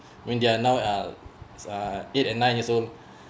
when they are now uh uh eight and nine years old